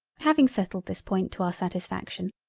having settled this point to our satisfaction,